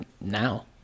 now